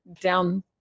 down